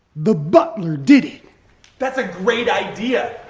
the butler did! that's a great idea.